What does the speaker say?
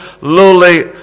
lowly